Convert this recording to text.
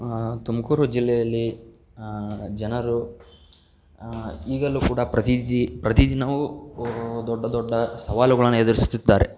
ತುಮಕೂರು ಜಿಲ್ಲೆಯಲ್ಲಿ ಜನರು ಈಗಲೂ ಕೂಡಾ ಪ್ರತಿದಿ ಪ್ರತಿ ದಿನವೂ ಒ ದೊಡ್ಡ ದೊಡ್ಡ ಸವಾಲುಗಳನ್ನ ಎದುರಿಸ್ತಿದ್ದಾರೆ